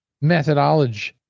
methodology